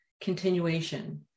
continuation